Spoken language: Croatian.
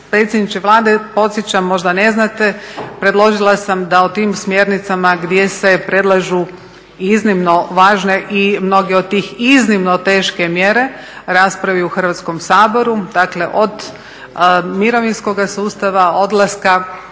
predsjedniče Vlade podsjećam, možda ne znate, predložila sam da o tim smjernicama gdje se predlažu iznimno važne i mnoge od tih iznimno teške mjere, raspravi u Hrvatskom saboru, dakle od mirovinskoga sustava, odlaska